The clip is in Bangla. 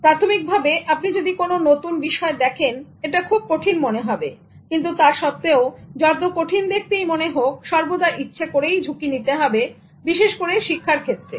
প্রারম্ভিক ভাবে আপনি যদি কোন নতুন বিষয় দেখেন এটা খুব কঠিন মনে হবে কিন্তু তা সত্বেও যত কঠিন দেখতেই মনে হোক সর্বদা ইচ্ছে করেই ঝুঁকি নিতে হবে বিশেষ করে শিক্ষার ক্ষেত্রে